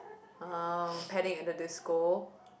uh Panic at the Disco